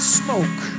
smoke